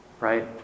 Right